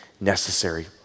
necessary